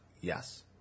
Yes